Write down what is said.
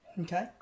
okay